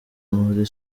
muri